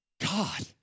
God